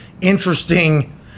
interesting